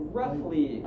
roughly